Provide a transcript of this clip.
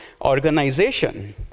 organization